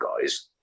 guys